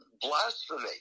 blasphemy